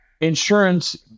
Insurance